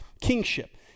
kingship